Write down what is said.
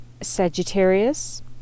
Sagittarius